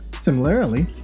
Similarly